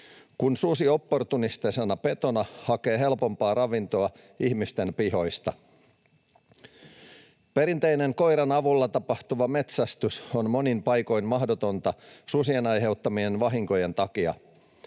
kun susi opportunistisena petona hakee helpompaa ravintoa ihmisten pihoista. Perinteinen, koiran avulla tapahtuva metsästys on monin paikoin mahdotonta su-sien aiheuttamien vahinkojen takia.